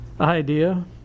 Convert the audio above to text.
idea